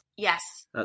Yes